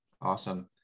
Awesome